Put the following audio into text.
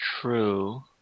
true